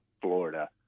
Florida